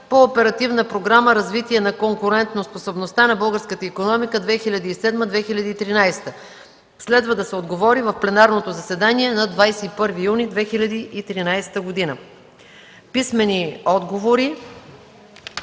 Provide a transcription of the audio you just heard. по Оперативна програма „Развитие на конкурентоспособността на българската икономика 2007-2013 г.”. Следва да се отговори в пленарното заседание на 21 юни 2013 г. Писмени отговори,